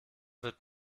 wird